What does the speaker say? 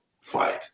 fight